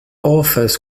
offers